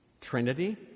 Trinity